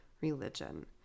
religion